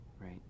right